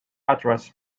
address